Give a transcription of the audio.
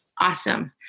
Awesome